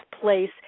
place